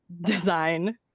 design